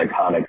iconic